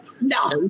No